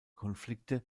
konflikte